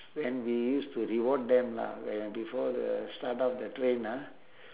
and we used to reward them lah when before the start of the train ah